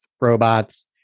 robots